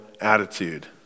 attitude